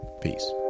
Peace